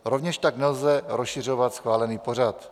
Rovněž tak nelze rozšiřovat schválený pořad.